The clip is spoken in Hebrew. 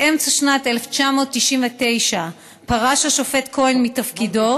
באמצע שנת 1999 פרש השופט כהן מתפקידו,